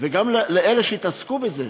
וגם לאלה שהתעסקו בזה.